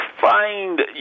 find